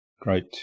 great